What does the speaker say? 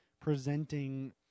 presenting